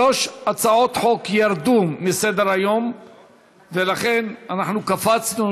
שלוש הצעות חוק ירדו מסדר-היום ולכן קפצנו,